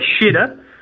shitter